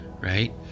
right